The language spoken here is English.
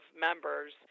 members